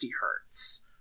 hertz